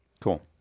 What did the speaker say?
Cool